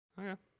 Okay